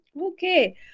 Okay